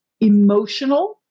emotional